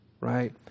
right